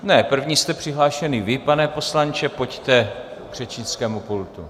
Ne, první jste přihlášený vy, pane poslanče, pojďte k řečnickému pultu.